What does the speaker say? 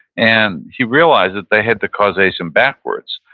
and he realized that they had the causation backwards.